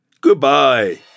Goodbye